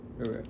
Okay